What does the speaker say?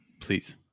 Please